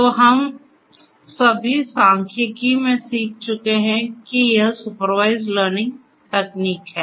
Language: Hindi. तो हम सभी सांख्यिकी में भी सीख चुके हैं और यह सुपरवाइज्ड लर्निंग तकनीक है